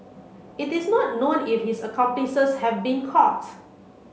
it is not known if his accomplices have been caught